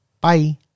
bye